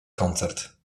koncert